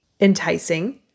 enticing